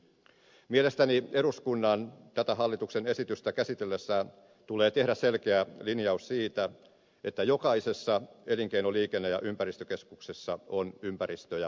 mielestäni eduskunnan tätä hallituksen esitystä käsitellessään tulee tehdä selkeä linjaus siitä että jokaisessa elinkeino liikenne ja ympäristökeskuksessa on ympäristö ja luonnonvarat vastuualue